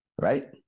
right